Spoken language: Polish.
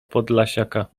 podlasiaka